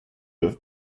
have